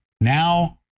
Now